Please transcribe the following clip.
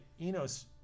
Enos